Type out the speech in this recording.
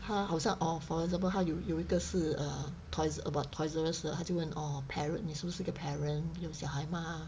他好像 or for example 他有有一个是 err toys about ToysRUs 的他就问 orh parent 你是不是一个 parent 有些小孩吗